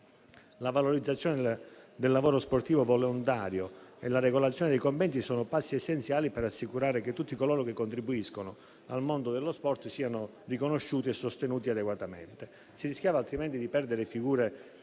La valorizzazione del lavoro sportivo volontario e la regolazione dei compensi sono passi essenziali per assicurare che tutti coloro che contribuiscono al mondo dello sport siano riconosciuti e sostenuti adeguatamente. Si rischiava altrimenti di perdere figure